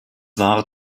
war